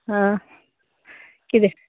किदें